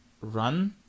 run